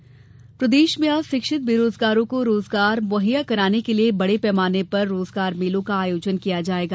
रोजगार मेला प्रदेश में अब शिक्षित बेरोजगारों को रोजगार मुहैया कराने के लिए बड़े पैनामें पर रोजगार मेलों का आयोजन किया जाएगा